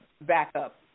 backup